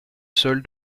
sol